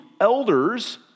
elders